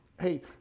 Hey